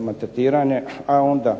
maltretiranje, a onda